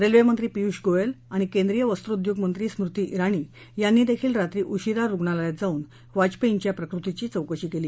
रेल्वेमंत्री पियुष गोयल आणि केंद्रीय वस्त्रोद्योगमंत्री स्मृती इराणी यांनी देखील रात्री उशिरा रुग्णालयात जाऊन वाजपेयींच्या प्रकृतीची चौकशी केली